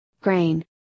grain